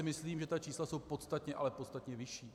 Myslím si, že ta čísla jsou podstatně, ale podstatně vyšší.